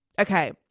okay